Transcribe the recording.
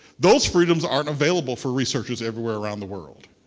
those freedoms aren't available for researchers everywhere around the world.